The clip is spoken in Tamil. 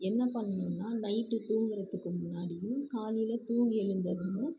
என்ன பண்ணணுன்னால் நைட்டு தூங்குகிறத்துக்கு முன்னாடியும் காலையில் தூங்கி எழுந்ததுமே